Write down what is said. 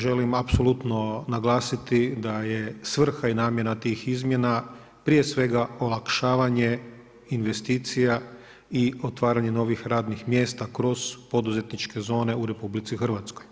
Želim apsolutno naglasiti da je svrha i namjena tih izmjena prije svega olakšavanje investicija i otvaranje novih radnih mjesta kroz poduzetničke zone u Republici Hrvatskoj.